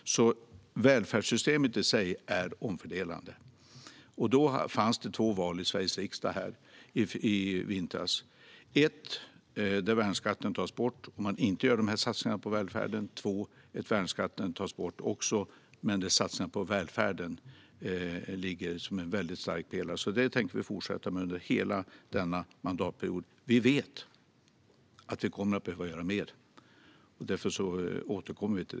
Välfärdssystemet i sig är alltså omfördelande, och då fanns det två val i Sveriges riksdag i vintras: ett alternativ där värnskatten tas bort och man inte gör de här satsningarna på välfärden och ett annat där värnskatten också tas bort men där satsningar på välfärden finns som en väldigt stark pelare. Det tänker vi fortsätta med under hela denna mandatperiod. Vi vet att vi kommer att behöva göra mer, och det återkommer vi till.